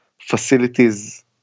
facilities